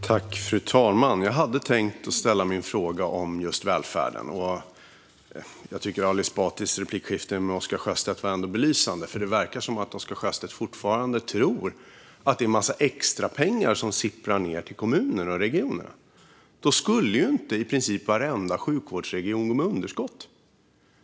Fru talman! Jag hade tänkt ställa min fråga om just välfärden. Jag tycker att Ali Esbatis replikskifte med Oscar Sjöstedt ändå var belysande. Det verkar som att Oscar Sjöstedt fortfarande tror att det är en massa extrapengar som sipprar ned till kommuner och regioner. Då skulle inte i princip varenda sjukvårdsregion gå med underskott.